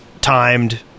timed